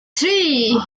three